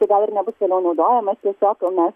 tai gal ir nebus vėliau naudojamas tiesiog mes